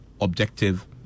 objective